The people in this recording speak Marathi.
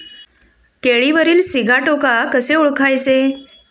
केळीवरील सिगाटोका कसे ओळखायचे?